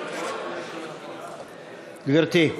גברתי?